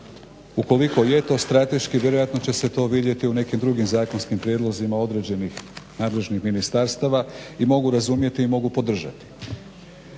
ukoliko je to strateški vjerojatno će se to vidjeti u nekim drugim zakonskim prijedlozima određenih nadležnih ministarstava i mogu razumjeti i mogu podržati.